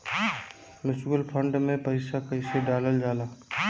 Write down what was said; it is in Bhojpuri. म्यूचुअल फंड मे पईसा कइसे डालल जाला?